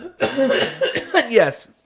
Yes